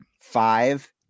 five